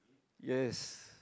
yes